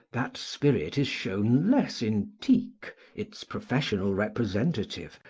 that spirit is shown less in tieck, its professional representative,